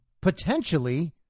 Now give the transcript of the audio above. potentially